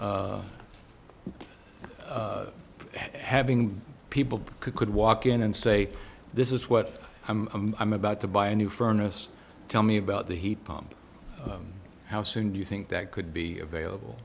pumps having people could walk in and say this is what i'm about to buy a new furnace tell me about the heat pump how soon do you think that could be available